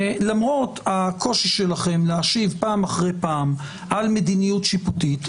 למרות הקושי שלכם להשיב פעם אחרי פעם על מדיניות שיפוטית,